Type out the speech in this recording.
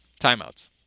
timeouts